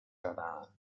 rada